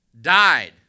died